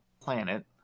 planet